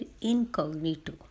incognito